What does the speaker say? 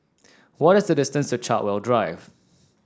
what is the distance to Chartwell Drive